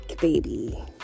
baby